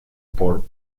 por